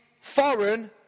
foreign